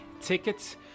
tickets